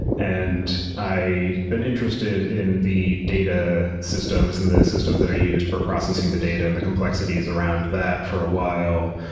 and been interested in the data systems and the systems that are used for processing the data and the complexities around that for a while,